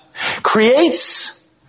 creates